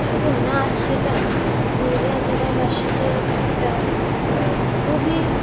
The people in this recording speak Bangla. শুধু নাচ সেটা নয় পুরুলিয়া জেলাবাসিদের একটা খুবই